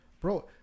Bro